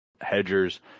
hedgers